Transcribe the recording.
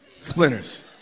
Splinters